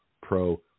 pro